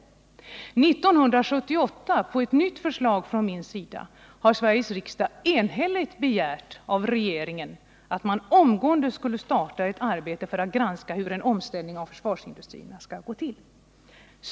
År 1978 har Sveriges riksdag med anledning av ett nytt förslag från mig enhälligt begärt, att regeringen omgående skulle starta ett arbete för att granska hur en omställning av försvarsindustrierna skall genomföras.